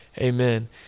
Amen